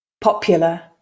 popular